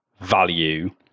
value